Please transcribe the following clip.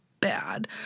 bad